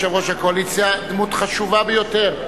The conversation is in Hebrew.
יושב-ראש הקואליציה דמות חשובה ביותר.